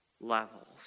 levels